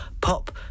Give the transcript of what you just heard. pop